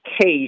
case